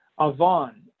Avon